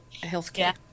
healthcare